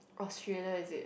Australia is it